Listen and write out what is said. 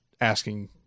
asking